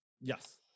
Yes